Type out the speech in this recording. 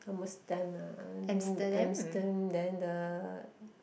almost done ah and then amterm~ then the